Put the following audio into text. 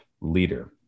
leader